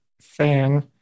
fan